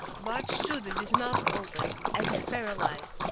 bart stood with his mouth open, as if paralyzed.